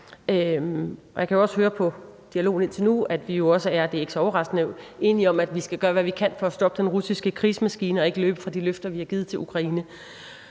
Jeg kan også høre på dialogen indtil nu, at vi jo også – det er ikke så overraskende – er enige om, at vi skal gøre, hvad vi kan, for at stoppe den russiske krigsmaskine og ikke løbe fra de løfter, vi har givet Ukraine.